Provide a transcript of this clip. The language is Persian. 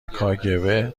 کاگب